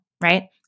right